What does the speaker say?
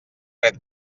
fred